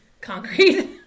concrete